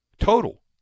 total